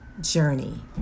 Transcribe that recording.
journey